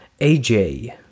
AJ